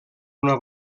una